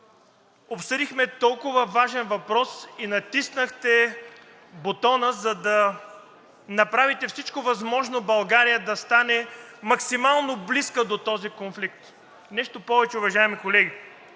Обсъдихме толкова важен въпрос и натиснахте бутона, за да направите всичко възможно България да стане максимално близка до този конфликт. Нещо повече, уважаеми колеги,